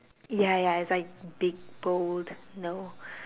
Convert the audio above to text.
ya ya is like big bold no